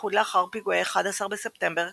ובייחוד לאחר פיגועי 11 בספטמבר,